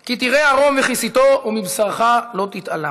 כי תראה ערֹם וכִסיתו ומבשרך לא תתעלם".